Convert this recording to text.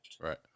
Right